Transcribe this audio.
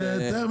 היערכות.